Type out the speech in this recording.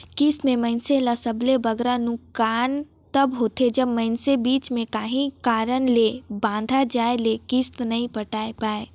किस्त में मइनसे ल सबले बगरा नोसकान तब होथे जब मइनसे बीच में काहीं कारन ले बांधा आए ले किस्त नी पटाए पाए